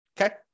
okay